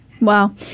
Wow